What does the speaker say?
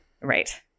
Right